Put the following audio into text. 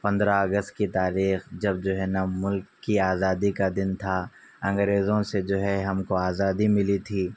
پندرہ اگست کی تاریخ جب جو ہے نا ملک کی آزادی کا دن تھا انگریزوں سے جو ہے ہم کو آزادی ملی تھی